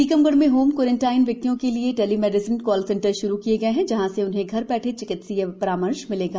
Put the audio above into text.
टीकमगढ में home quarantine व्यक्तियों के लिए टेलीमेडिसिन कॉल सेंटर शुरू किये गए हैं जहां से उन्हें घर बैठे चिकित्सकीय परामर्श मिलेगा